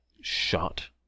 shot